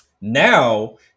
Now